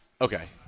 Okay